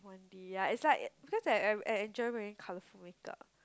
Von-D ya it's like because I I I I enjoy wearing colorful makeup